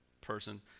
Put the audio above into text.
person